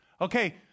Okay